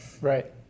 Right